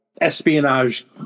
espionage